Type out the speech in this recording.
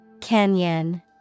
Canyon